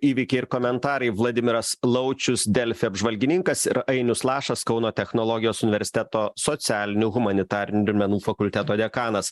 įvykiai ir komentarai vladimiras laučius delfi apžvalgininkas ir ainius lašas kauno technologijos universiteto socialinių humanitarinių menų fakulteto dekanas